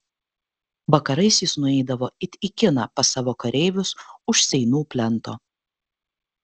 vakarais jis nueidavo it į kiną pas savo kareivius už seinų plento